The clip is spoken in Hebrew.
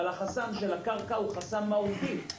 אבל החסם של הקרקע הוא חסם מהותי.